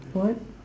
what